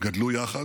גדלו יחד,